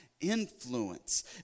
influence